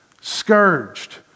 scourged